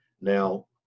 Now